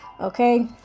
okay